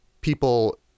people